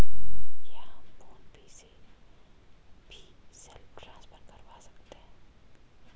क्या हम PhonePe से भी सेल्फ ट्रांसफर करवा सकते हैं?